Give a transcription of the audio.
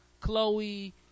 chloe